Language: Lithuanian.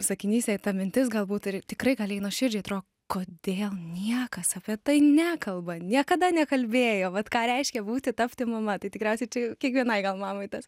sakinys jai ta mintis galbūt ir tikrai gal jai nuoširdžiai atrodo kodėl niekas apie tai nekalba niekada nekalbėjo vat ką reiškia būti tapti mama tai tikriausiai čia kiekvienai gal mamai tas